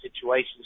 situations